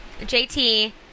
JT